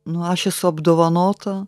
nu aš esu apdovanota